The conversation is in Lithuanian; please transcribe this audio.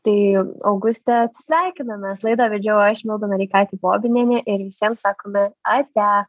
tai auguste atsisveikinam mes laidą vedžiau aš milda noreikaitė bobinienė ir visiems sakome ate